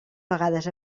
vegades